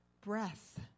breath